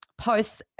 posts